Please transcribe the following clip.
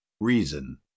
reason